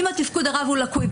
אם תפקוד הרב הוא לקוי,